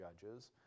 judges